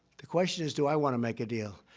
the question is do i want to make a deal?